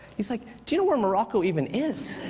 he's like, do you know where morocco even is?